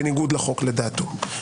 לדעתו,